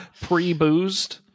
pre-boozed